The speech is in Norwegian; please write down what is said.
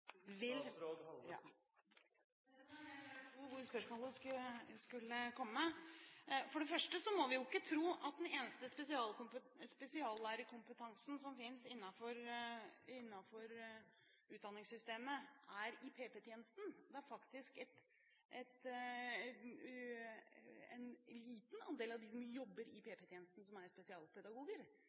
hvor spørsmålet skulle komme. For det første må vi jo ikke tro at den eneste spesiallærerkompetansen som finnes innenfor utdanningssystemet, er i PP-tjenesten. Det er faktisk en liten andel av dem som jobber i PP-tjenesten, som er spesialpedagoger.